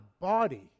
body